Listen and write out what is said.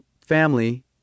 family